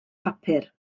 papur